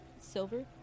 silver